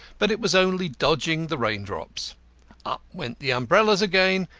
but it was only dodging the raindrops up went the umbrellas again,